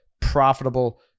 profitable